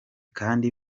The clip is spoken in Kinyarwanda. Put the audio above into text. kandi